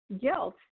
Guilt